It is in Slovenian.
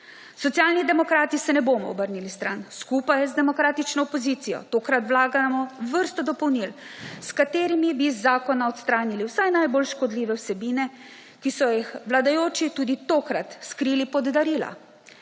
Socialni demokrati se ne bomo obrnili stran skupaj z demokratično opozicijo tokrat vlagamo vrsto dopolnil, s katerimi bi iz zakona odstranili vsaj najbolj škodljive vsebine, ki so jih vladajoči tudi tokrat skrili pod darila.